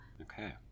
Okay